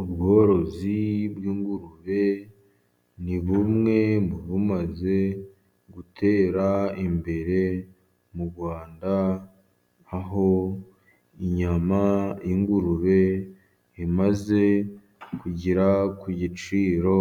Ubworozi bw'ingurube ni bumwe mu bumaze gutera imbere mu Rwanda ,aho inyama y'ingurube imaze kugera ku giciro